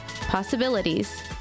possibilities